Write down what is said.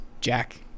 jack